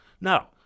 Now